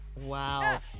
Wow